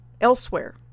elsewhere